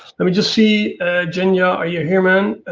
let me just see janke ah are you here man?